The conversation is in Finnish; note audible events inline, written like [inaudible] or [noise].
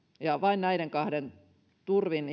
ja vain näiden kahden turvin [unintelligible]